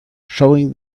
showing